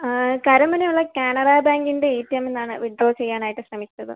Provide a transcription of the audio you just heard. കരമന ഉള്ള കാനറ ബാങ്കിൻ്റെ A T എമ്മിൽ നിന്നാണ് വിഡ്രോ ചെയ്യാനായിട്ട് ശ്രമിച്ചത്